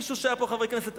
מישהו שהיה פה חבר כנסת,